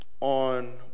on